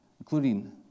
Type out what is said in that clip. including